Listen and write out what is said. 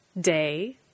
day